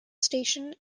station